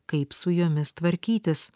kaip su jomis tvarkytis